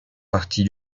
partie